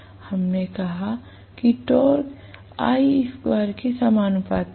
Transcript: हमने कहा कि टॉर्क I² के समानुपाती है